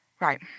Right